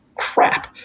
crap